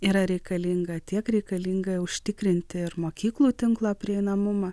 yra reikalinga tiek reikalinga užtikrinti ir mokyklų tinklo prieinamumą